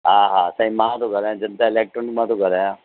हा हा साईं मां थो ॻाल्हायां जनता इलेक्ट्रोनिक मां थो ॻाल्हायां